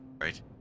right